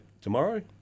tomorrow